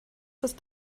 ist